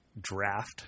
draft